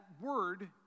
word